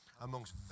amongst